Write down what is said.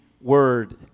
word